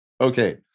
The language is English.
Okay